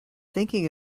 thinking